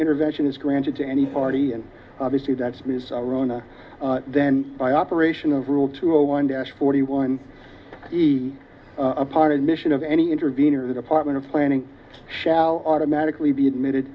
intervention is granted to any party and obviously that's ms rhona then by operation of rule two zero one dash forty one he upon admission of any intervene or the department of planning shall automatically be admitted